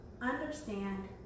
understand